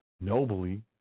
nobly